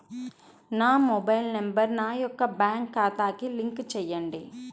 నా mobile number నా యొక్క బ్యాంక్ ఖాతాకి లింక్ చేయండీ?